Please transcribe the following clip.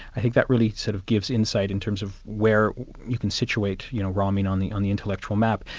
i think that really sort of gives insight in terms of where you can situate you know ramin on the on the intellectual map.